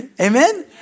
Amen